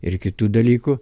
ir kitų dalykų